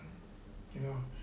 you know